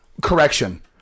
Correction